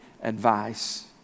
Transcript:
advice